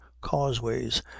causeways